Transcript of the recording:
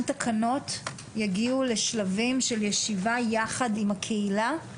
תקנות יגיעו לשלבים של ישיבה יחד עם הקהילה,